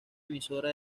emisora